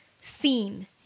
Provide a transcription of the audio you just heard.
seen